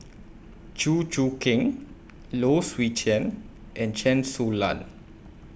Chew Choo Keng Low Swee Chen and Chen Su Lan